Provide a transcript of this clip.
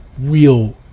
real